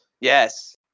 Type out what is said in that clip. Yes